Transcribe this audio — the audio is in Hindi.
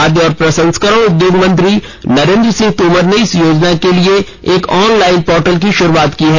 खाद्य और प्रसंस्करण उद्योग मंत्री नरेंद्र सिंह तोमर ने इस योजना के लिए एक ऑनलाइन पोर्टल की शुरुवात की है